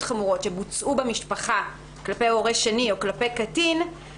חמורות שבוצעו במשפחה כלפי הורה שני או כלפי קטין,